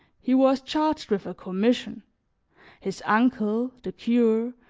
he was charged with a commission his uncle, the cure,